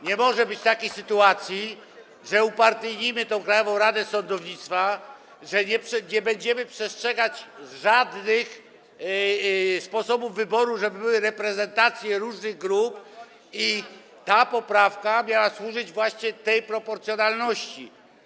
Nie może być takiej sytuacji, że upartyjnimy tę Krajową Radę Sądownictwa, że nie będziemy przestrzegać żadnych sposobów wyboru, żeby były reprezentacje różnych grup i ta poprawka miała służyć właśnie tej proporcjonalności.